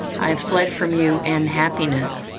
i fled from you and happiness,